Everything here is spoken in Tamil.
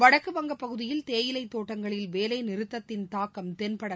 வடக்கு வங்கப் பகுதியில் தேயிலைத் தோட்டங்களில் வேலைநிறுத்தத்தின் தாக்கம் தென்படவில்லை